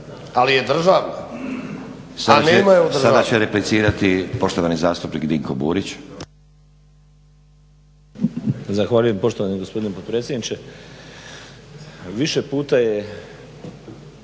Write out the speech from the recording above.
Nenad (SDP)** Sada će replicirati poštovani zastupnik Dinko Burić.